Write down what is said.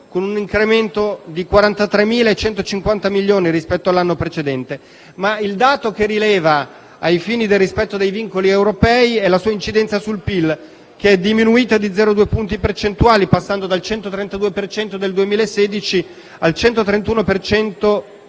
con un incremento di 43.150 milioni rispetto all'anno precedente, ma il dato che rileva ai fini del rispetto dei vincoli europei è la sua incidenza sul PIL, che è diminuita di 0,2 punti percentuali, passando dal 132 per cento del 2016 al 131,8